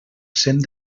cent